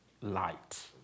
light